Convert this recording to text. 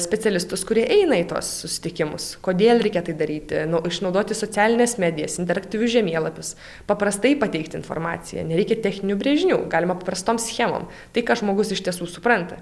specialistus kurie eina į tuos susitikimus kodėl reikia tai daryti nu išnaudoti socialines medijas interaktyvus žemėlapis paprastai pateikti informaciją nereikia techninių brėžinių galima prastom schemom tai ką žmogus iš tiesų supranta